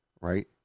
right